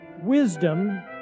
Wisdom